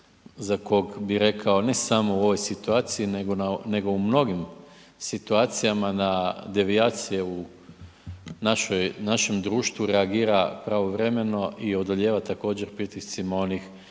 za kog bi rekao, ne samo u ovoj situaciji nego u mnogim situacijama na devijacije u našem društvu reagira pravovremeno i odlijeva također pritiscima onih